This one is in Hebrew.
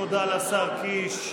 תודה לשר קיש.